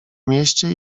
mieście